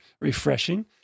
refreshing